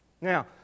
Now